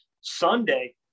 sunday